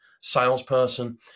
salesperson